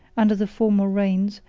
under the former reigns,